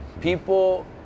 People